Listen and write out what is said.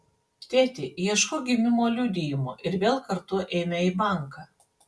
tėti ieškok gimimo liudijimo ir vėl kartu eime į banką